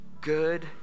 Good